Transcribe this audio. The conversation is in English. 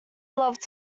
loved